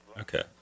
Okay